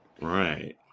Right